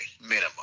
minimum